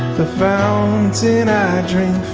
the fountain i drink